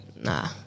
Nah